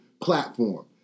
platform